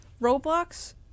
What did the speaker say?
Roblox